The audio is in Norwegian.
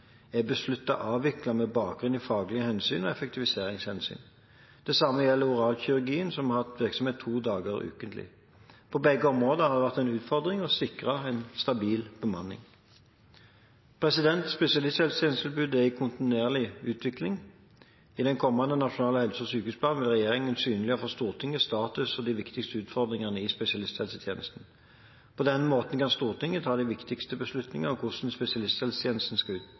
med bakgrunn i faglige hensyn og effektiviseringshensyn. Det samme gjelder oralkirurgien, som har hatt virksomhet to dager ukentlig. På begge områdene har det vært en utfordring å sikre en stabil bemanning. Spesialisthelsetjenestetilbudet er i kontinuerlig utvikling. I den kommende nasjonale helse- og sykehusplanen vil regjeringen synliggjøre for Stortinget status og de viktigste utfordringene i spesialisthelsetjenesten. På den måten kan Stortinget ta de viktigste beslutningene om hvordan spesialisthelsetjenesten skal